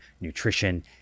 nutrition